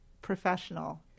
professional